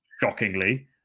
shockingly